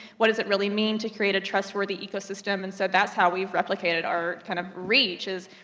what does it really mean to create a trustworthy ecosystem, and so that's how we've replicated our kind of reach, is,